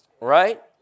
Right